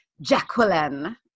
Jacqueline